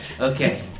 Okay